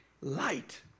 light